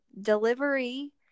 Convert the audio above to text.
Delivery